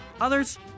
others